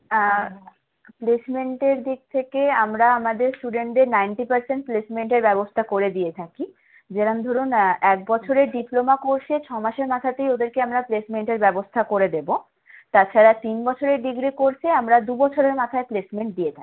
প্লেসমেন্টের দিক থেকে আমরা আমাদের স্টুডেন্টদের নাইনটি পার্সেন্ট প্লেসমেন্টের ব্যবস্থা করে দিয়ে থাকি যেরম ধরুন এক বছরের ডিপ্লোমা কোর্সে ছ মাসের মাথাতেই ওদেরকে আমরা প্লেসমেন্টের ব্যবস্থা করে দেব তাছাড়া তিন বছরের ডিগ্রি কোর্সে আমরা দু বছরের মাথায় প্লেসমেন্ট দিয়ে থাকি